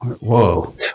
whoa